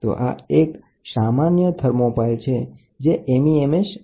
તો આ એક વિશિષ્ટ થર્મોપાઈલ છે જે MEMS સ્ટ્રક્ચરનું બનેલું છે